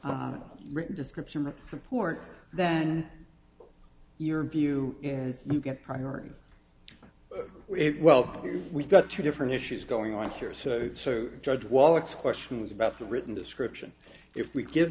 for written description or support then your view is you get priority well we've got two different issues going on here so so judge wallach's question was about the written description if we give